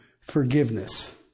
forgiveness